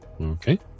Okay